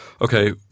okay